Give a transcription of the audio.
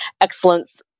excellence